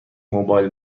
موبایل